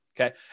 okay